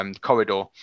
corridor